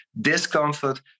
discomfort